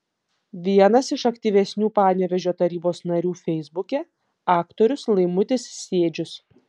vienas iš aktyvesnių panevėžio tarybos narių feisbuke aktorius laimutis sėdžius